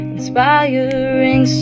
Inspiring